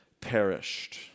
perished